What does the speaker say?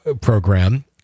program